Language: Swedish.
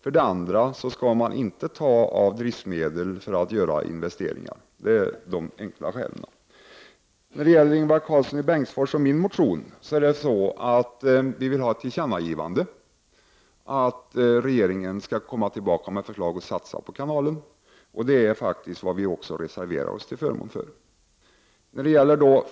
För det andra skall man inte ta av driftmedel för att göra investeringar. I Ingvar Karlssons i Bengtfors och min motion föreslår vi ett tillkännagivande av innebörden att regeringen skall komma tillbaka med förslag om en satsning på kanalen. Vi reserverar oss också till förmån för detta.